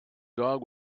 dog